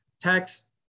text